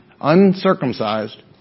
uncircumcised